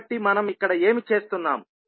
కాబట్టి మనం ఇక్కడ ఏమి చేస్తున్నాము